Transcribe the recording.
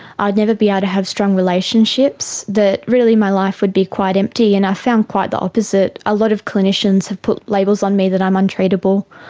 i would never be able ah to have strong relationships, that really my life would be quite empty, and i found quite the opposite. a lot of clinicians have put labels on me that i'm untreatable,